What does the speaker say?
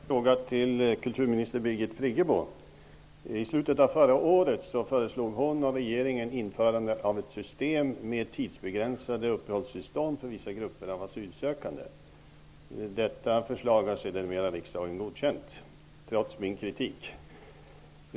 Herr talman! Jag har en fråga till kulturminister I slutet av förra året föreslog hon och regeringen införandet av ett system med tidsbegränsade uppehållstillstånd för vissa grupper av asylsökande. Detta förslag har sedermera riksdagen godkänt, trots min kritik.